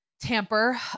tamper